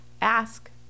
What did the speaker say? ask